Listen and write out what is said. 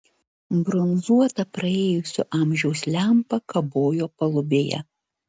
bronzuota praėjusio amžiaus lempa kabojo palubėje